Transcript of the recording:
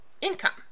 income